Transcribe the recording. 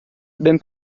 ben